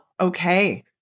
Okay